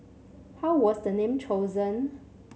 how was the name chosen